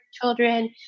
children